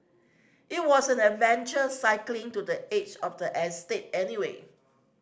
it was an adventure cycling to the edge of the estate anyway